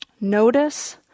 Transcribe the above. notice